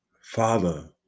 father